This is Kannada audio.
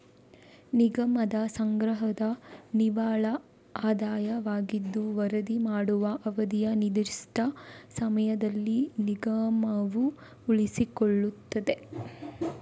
ನಿಗಮದ ಸಂಗ್ರಹದ ನಿವ್ವಳ ಆದಾಯವಾಗಿದ್ದು ವರದಿ ಮಾಡುವ ಅವಧಿಯ ನಿರ್ದಿಷ್ಟ ಸಮಯದಲ್ಲಿ ನಿಗಮವು ಉಳಿಸಿಕೊಳ್ಳುತ್ತದೆ